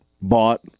bought